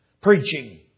preaching